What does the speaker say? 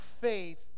faith